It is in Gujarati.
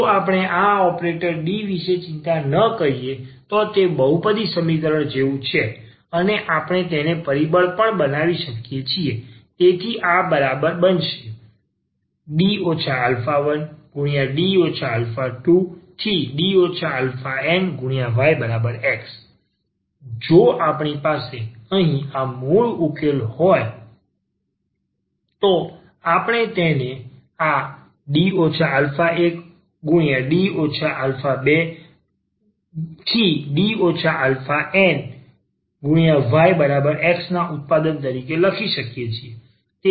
જો આપણે આ ઓપરેટર ઓપરેટર D વિશે ચિંતા ન કરીએ તો તે બહુપદી સમીકરણ જેવું છે અને આપણે તેને પરિબળ પણ બનાવી શકીએ છીએ તેથી આ બરાબર આ બનશે ⟹D 1D 2⋯yX જો આપણી પાસે અહીં આ મૂળ ઉકેલ હોય તો આપણે તેને આ D 1D 2⋯yX ના ઉત્પાદન તરીકે લખી શકીએ છીએ